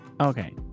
Okay